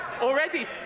already